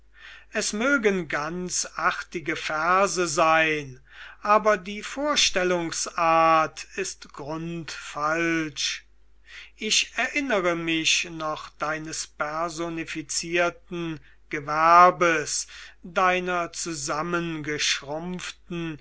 es mögen ganz artige verse sein aber die vorstellungsart ist grundfalsch ich erinnere mich noch deines personifizierten gewerbes deiner